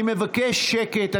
אני מבקש שקט.